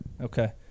Okay